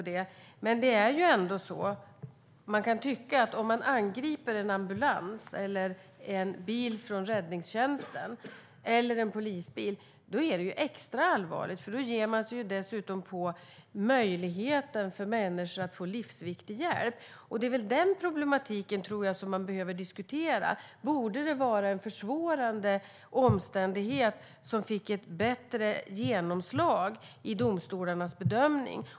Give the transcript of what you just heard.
Det kan tyckas vara extra allvarligt om man angriper en ambulans, en bil från räddningstjänsten eller en polisbil, för då ger man sig dessutom på möjligheten för människor att få livsviktig hjälp. Det är den problematiken som jag tror att vi behöver diskutera. Borde det vara en försvårande omständighet som får ett bättre genomslag i domstolarnas bedömning?